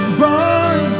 born